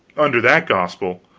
under that gospel,